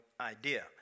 idea